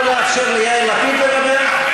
לא לאפשר ליאיר לפיד לדבר?